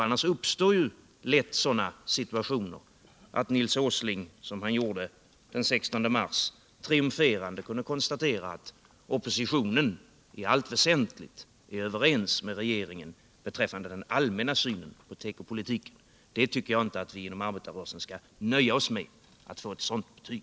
Annars uppstår lätt sådana situationer som den 16 mars då Nils Åsling triumferande kunde konstatera att oppositionen i allt väsentligt var överens med regeringen beträffande den allmänna synen på tekopolitiken. Jag tycker att vi inom arbetarrörelsen inte skall nöja oss med att få ett sådant betyg.